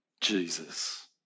Jesus